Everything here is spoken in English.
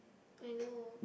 I know